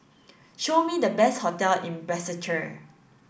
show me the best hotel in Basseterre